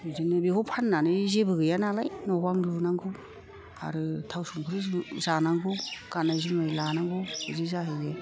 बिदिनो बेखौ फानानै जेबो गैया नालाय न'बां लुनांगौ आरो थाव संख्रि जानांगौ गाननाय जोमनाय लानांगौ बिदि जाहैयो